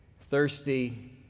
thirsty